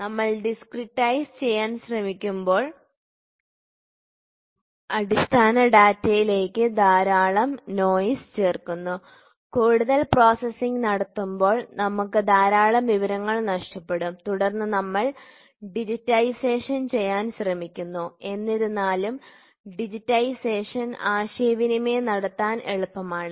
നമ്മൾ ഡിസ്ക്രീടൈസ് ചെയ്യാൻ ശ്രമിക്കുമ്പോൾ അടിസ്ഥാന ഡാറ്റയിലേക്ക് ധാരാളം നോയ്സ് ചേർക്കുന്നു കൂടുതൽ പ്രോസസ്സിംഗ് നടത്തുമ്പോൾ നമുക്ക് ധാരാളം വിവരങ്ങൾ നഷ്ടപ്പെടും തുടർന്ന് നമ്മൾ ഡിജിറ്റൈസേഷൻ ചെയ്യാൻ ശ്രമിക്കുന്നു എന്നിരുന്നാലും ഡിജിറ്റൈസേഷൻ ആശയവിനിമയം നടത്താൻ എളുപ്പമാണ്